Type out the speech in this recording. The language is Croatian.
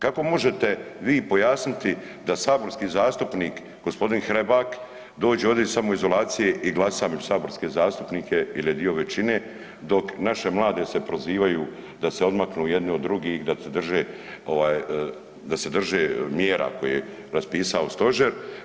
Kako možete vi pojasniti da saborski zastupnik gospodin Hrebak dođe ovdje iz samoizolacije i glasa među saborske zastupnike jel je dio većine dok naše mlade se prozivaju da se odmaknu jedni od drugih, da se drže mjera koje je raspisao stožer?